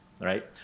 right